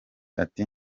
ati